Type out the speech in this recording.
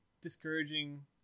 discouraging